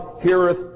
heareth